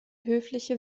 höfliche